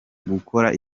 gukora